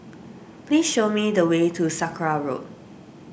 please show me the way to Sakra Road